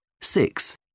six